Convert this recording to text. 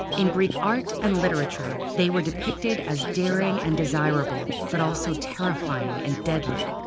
in greek art and literature, they were depicted as daring and desirable but also terrifying and deadly,